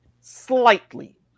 Slightly